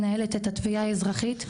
מנהלת את התביעה האזרחית,